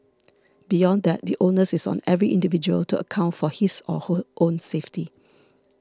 beyond that the onus is on every individual to account for his or her own safety